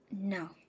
No